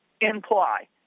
imply